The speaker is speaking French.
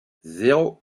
zéro